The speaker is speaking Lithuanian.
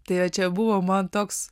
tai čia buvo man toks